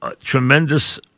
Tremendous